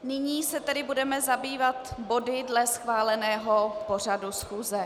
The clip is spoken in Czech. Nyní se tedy budeme zabývat body dle schváleného pořadu schůze.